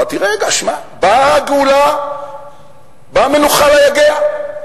אמרתי: רגע, שמע, באה הגאולה, באה מנוחה ליגע.